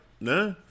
nah